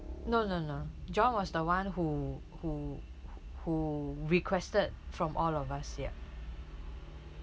no no no john was the one who who who requested from all of us yup